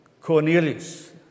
Cornelius